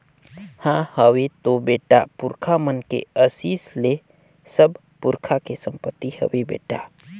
हां हवे तो बेटा, पुरखा मन के असीस ले सब पुरखा के संपति हवे बेटा